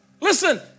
Listen